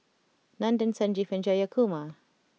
Nandan Sanjeev and Jayakumar